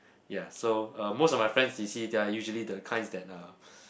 ya so uh most of my friends you see they're usually the kind that uh